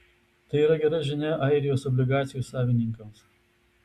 tai yra gera žinia airijos obligacijų savininkams